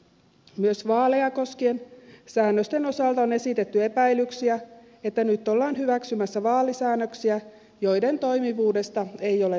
myös vaaleja koskien säännösten osalta on esitetty epäilyksiä että nyt ollaan hyväksymässä vaalisäännöksiä joiden toimivuudesta ei ole takeita